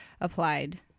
applied